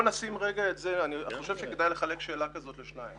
אני חושב שכדאי לחלק שאלה כזאת לשני חלקים.